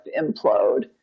implode